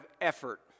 effort